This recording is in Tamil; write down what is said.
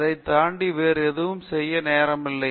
அதை தாண்டி வேறு ஏதும் செய்ய நேரம் இல்லை